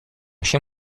się